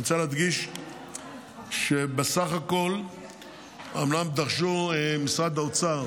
אני רוצה להדגיש שבסך הכול משרד האוצר